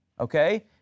Okay